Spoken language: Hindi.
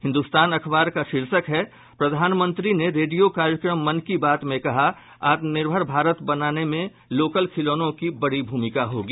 हिन्दुस्तान अखबार का शीर्षक है प्रधानमंत्री ने रेडियो कार्यक्रमण मन की बात में कहा आत्मनिर्भर भारत बनने में लोकल खिलौंनों की बड़ी भूमिका होगी